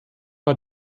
hat